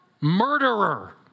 murderer